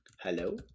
hello